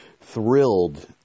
thrilled